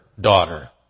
daughter